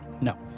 no